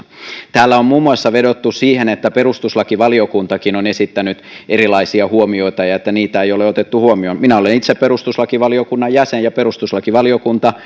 täällä on muun muassa vedottu siihen että perustuslakivaliokuntakin on esittänyt erilaisia huomioita ja että niitä ei ole otettu huomioon minä olen itse perustuslakivaliokunnan jäsen ja perustuslakivaliokunta